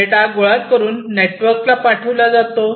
data गोळा करून नेटवर्कला पाठविला जातो